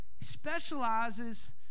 Specializes